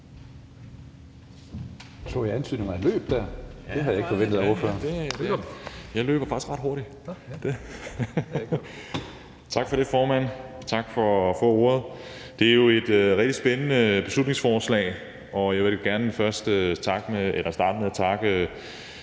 Så jeg antydningen af løb her? Det havde jeg ikke forventet af ordføreren. Kl. 16:24 (Ordfører) Kasper Roug (S): Jeg løber faktisk ret hurtigt. Tak for det, formand. Tak for ordet. Det er jo et rigtig spændende beslutningsforslag, og jeg vil gerne starte med at takke